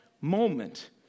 moment